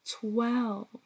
twelve